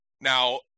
Now